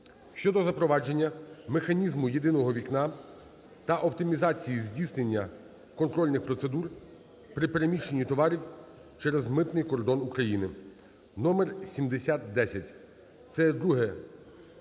щодо запровадження механізму "єдиного вікна" та оптимізації здійснення контрольних процедур при переміщенні товарів через митний кордон України (№7010). Це є друге